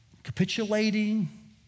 capitulating